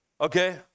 okay